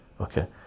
okay